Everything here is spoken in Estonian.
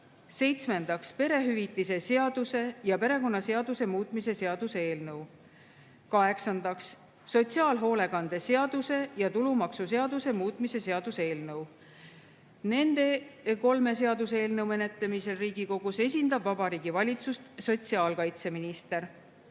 Seitsmendaks, perehüvitise seaduse ja perekonnaseaduse muutmise seaduse eelnõu. Kaheksandaks, sotsiaalhoolekande seaduse ja tulumaksuseaduse muutmise seaduse eelnõu. Nende kolme seaduseelnõu menetlemisel Riigikogus esindab Vabariigi Valitsust sotsiaalkaitseminister.